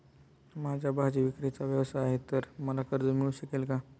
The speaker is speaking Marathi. माझा भाजीविक्रीचा व्यवसाय आहे तर मला कर्ज मिळू शकेल का?